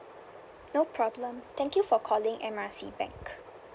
no problem thank you for calling M R C bank